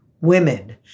women